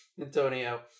Antonio